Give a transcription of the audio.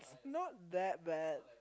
not that bad